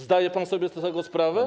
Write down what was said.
Zdaje pan sobie z tego sprawę?